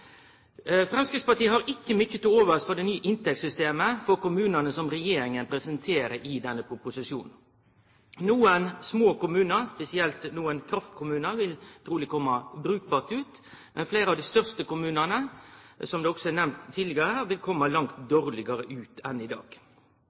Framstegspartiet har ikkje mykje til overs for det nye inntektssystemet for kommunane som regjeringa presenterer i denne proposisjonen. Nokre små kommunar, spesielt nokre kraftkommunar, vil truleg kome brukbart ut, men fleire av dei største kommunane, som det også har vore nemnt tidlegare her, vil kome langt